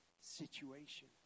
situation